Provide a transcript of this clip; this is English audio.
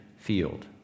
Field